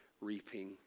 reaping